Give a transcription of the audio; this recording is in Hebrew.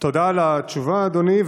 תודה על התשובה, אדוני.